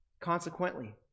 Consequently